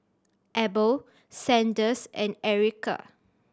Abel Sanders and Ericka